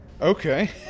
Okay